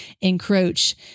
encroach